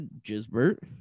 Jisbert